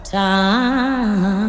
time